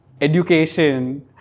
education